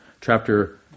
chapter